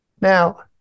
Now